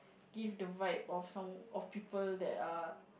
give the vibe of some of people that are